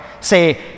Say